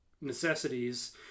necessities